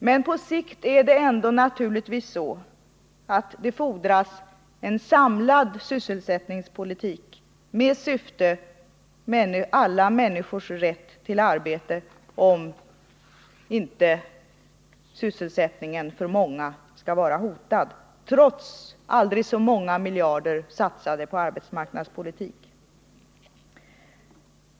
Men på sikt fordras naturligtvis en samlad sysselsättningspolitik med syfte att tillgodose alla människors rätt till arbete. Även om aldrig så många miljarder satsas på arbetsmarknadspolitiken, måste en sådan samlad sysselsättningspolitik till, om inte sysselsättningen för många människor skall hotas.